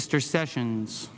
mr sessions